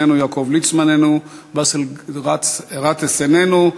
איננו, יעקב ליצמן, איננו, באסל גטאס, איננו.